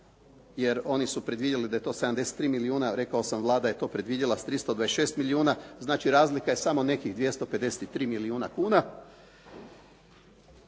jer oni su predvidjeli da je to 73 milijuna. Rekao sam Vlada je to predvidjela s 326 milijuna. Znači, razlika je samo nekih 253 milijuna kuna.